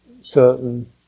certain